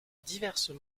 diverses